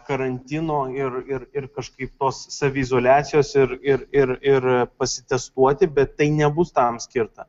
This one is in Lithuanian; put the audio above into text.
karantino ir ir ir kažkaip tos saviizoliacijos ir ir ir ir pasitestuoti bet tai nebus tam skirta